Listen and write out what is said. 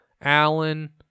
Allen